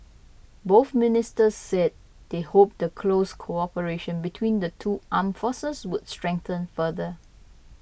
both ministers said they hoped the close cooperation between the two armed forces would strengthen further